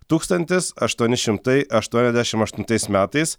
tūkstantis aštuoni šimtai aštuoniasdešim aštuntais metais